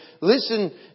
listen